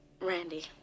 Randy